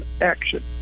Action